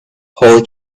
holly